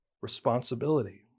responsibility